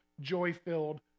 joy-filled